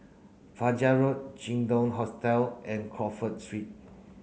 Fajar Road Jin Dong Hotel and Crawford Street